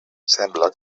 sembla